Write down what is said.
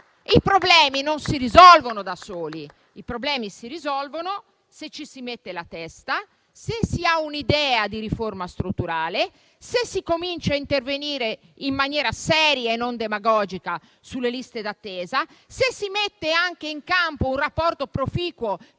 I problemi non si risolvono da soli, ma si risolvono se ci si mette la testa, se si ha un'idea di riforma strutturale, se si comincia a intervenire in maniera seria e non demagogica sulle liste d'attesa, se si mette in campo anche un rapporto proficuo